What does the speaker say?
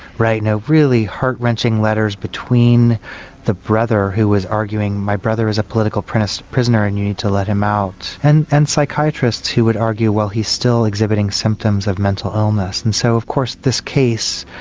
right, really heart wrenching letters between the brother who was arguing my brother is a political prisoner prisoner and you need to let him out. and and psychiatrists who would argue well he is still exhibiting symptoms of mental illness and so of course this case,